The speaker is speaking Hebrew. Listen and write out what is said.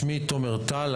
שמי תומר טל,